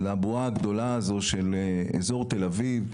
לבועה הגדולה הזו של אזור תל אביב.